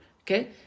okay